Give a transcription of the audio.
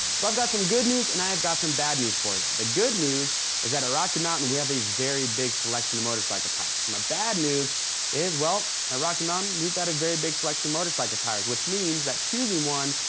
so i've got some good news and i've got some bad news for you. the good news is that at rocky mountain we have a very big selection of motorcycle tires. and the bad news is, well, at rocky mountain we've got a very big selection of motorcycle tires. which means that choosing one,